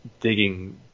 digging